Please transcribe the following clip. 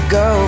go